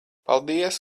paldies